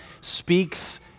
speaks